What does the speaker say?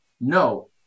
No